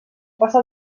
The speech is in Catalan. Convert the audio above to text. passa